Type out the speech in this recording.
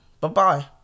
Bye-bye